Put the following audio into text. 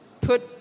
put